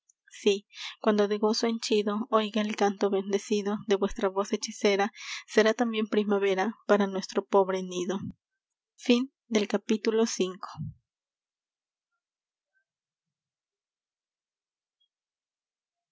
sí cuando de gozo henchido oiga el canto bendecido de vuestra voz hechicera será tambien primavera para nuestro pobre nido